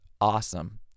awesome